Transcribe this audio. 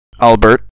Albert